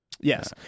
Yes